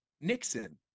Nixon